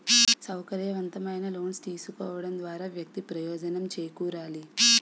సౌకర్యవంతమైన లోన్స్ తీసుకోవడం ద్వారా వ్యక్తి ప్రయోజనం చేకూరాలి